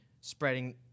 spreading